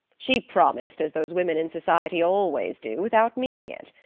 she promised as those women in society always do, without meaning it.